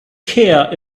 care